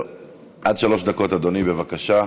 עד שלוש דקות, אדוני, בבקשה.